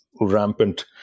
rampant